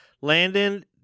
landon